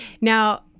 Now